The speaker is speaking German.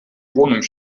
wohnung